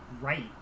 right